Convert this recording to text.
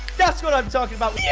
that's what i'm talking about.